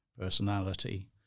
personality